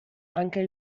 anche